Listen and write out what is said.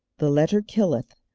the letter killeth,